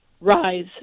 rise